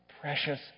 precious